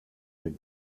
der